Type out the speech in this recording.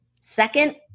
Second